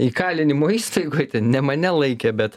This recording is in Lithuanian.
įkalinimo įstaigoj ten ne mane laikė bet